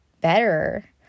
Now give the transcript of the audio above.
better